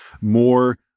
more